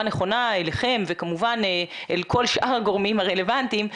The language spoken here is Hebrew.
נכונה אליכם וכמובן אל כל שאר הגורמים הרלוונטיים,